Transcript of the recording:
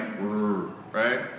right